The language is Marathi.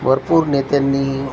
भरपूर नेत्यांनी